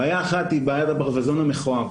בעיה אחת היא בעיה הברווזון המכוער,